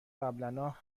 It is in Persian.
قبلنا